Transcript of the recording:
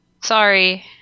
sorry